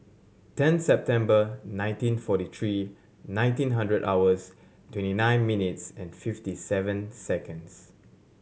ten September nineteen forty three nineteen hundred hours twenty nine minutes and fifty seven seconds